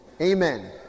amen